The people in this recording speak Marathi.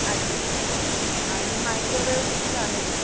अच्छा अच्छा आणि मायक्रोवेव कुठचं आहे